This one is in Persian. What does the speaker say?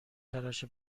تراش